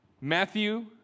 Matthew